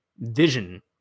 vision